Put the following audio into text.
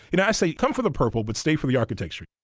you know i say come for the purple but stay for the architecture